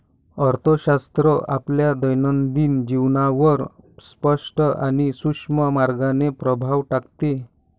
अर्थशास्त्र आपल्या दैनंदिन जीवनावर स्पष्ट आणि सूक्ष्म मार्गाने प्रभाव टाकते